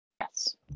Yes